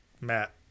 Matt